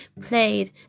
played